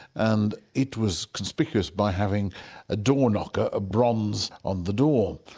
and it was conspicuous by having a door-knocker, a bronze on the door.